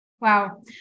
Wow